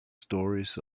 stories